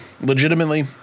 Legitimately